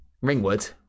Ringwood